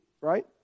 right